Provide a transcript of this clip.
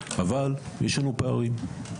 אבל יש לנו פערים.